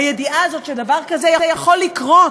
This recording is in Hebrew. הידיעה הזאת שדבר כזה יכול לקרות.